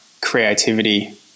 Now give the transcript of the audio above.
creativity